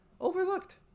overlooked